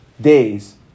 days